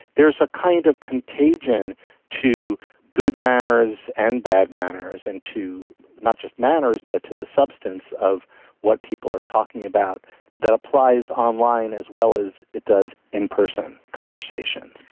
there is a kind of contagion to good manners and bad manners and to not just manners but to the substance of what people are talking about that applies online as well as it does in-person conversations.